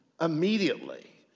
immediately